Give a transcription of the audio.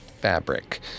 fabric